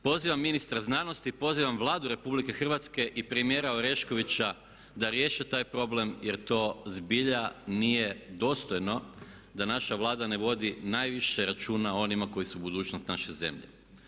Pozivam ministra znanosti, pozivam Vladu Republike Hrvatske i premijera Oreškovića da riješe taj problem, jer to zbilja nije dostojno da naša Vlada ne vodi najviše računa o onima koji su budućnost naše zemlje.